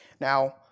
Now